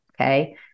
Okay